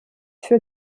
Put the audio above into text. für